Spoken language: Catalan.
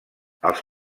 els